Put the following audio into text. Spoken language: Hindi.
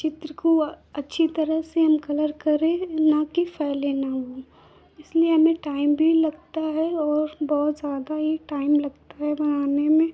चित्र को अच्छी तरह से हम कलर करें न कि फैलें न वह इसलिए हमें टाइम भी लगता है और बहुत ज़्यादा ही टाइम लगता है बनाने में